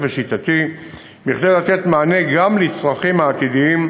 ושיטתי כדי לתת מענה גם על הצרכים העתידיים,